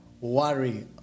worry